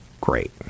great